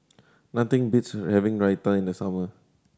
nothing beats having Raita in the summer